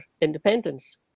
independence